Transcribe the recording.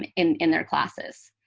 um in in their classes.